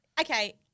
Okay